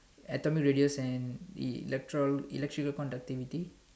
atomic radius and electro electrical conductivity